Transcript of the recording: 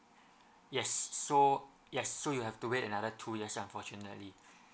yes so yes so you have to wait another two years unfortunately